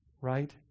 right